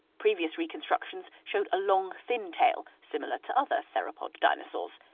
previous reconstructions showed a long thin tail, similar to other therapod dinosaurs.